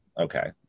okay